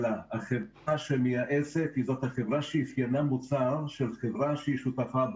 אלא החברה המייעצת היא החברה שהיא שותפה בה.